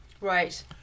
right